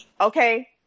okay